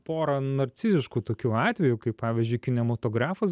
pora narciziškų tokių atvejų kai pavyzdžiui kinematografas